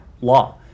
law